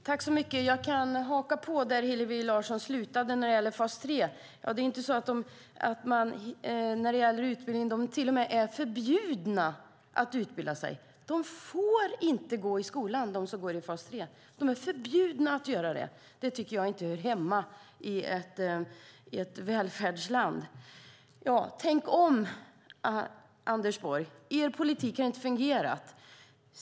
Herr talman! Jag kan haka på där Hillevi Larsson slutade när det gäller fas 3. Är man i fas 3 är man till och med förbjuden att utbilda sig. Man får inte gå i skolan om man går i fas 3. Man är förbjuden att göra det. Det tycker inte jag hör hemma i ett välfärdsland. Tänk om, Anders Borg! Er politik har inte fungerat.